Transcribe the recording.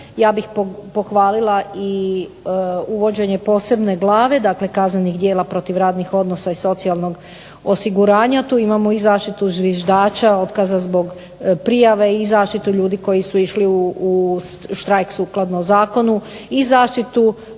ja bih pohvalila i uvođenje posebne glave dakle kaznenih djela protiv radnih odnosa i socijalnog osiguranja, tu imamo i zaštitu zviždača, otkaza zbog prijave i zaštitu ljudi koji su išli u štrajk sukladno zakonu, i zaštitu